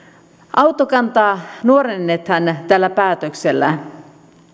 autokantaa nuorennetaan tällä päätöksellä